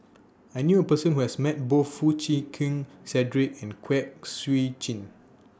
I knew A Person Who has Met Both Foo Chee Keng Cedric and Kwek Siew Jin